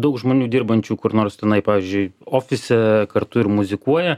daug žmonių dirbančių kur nors tenai pavyzdžiui ofise kartu ir muzikuoja